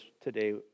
today